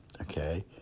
okay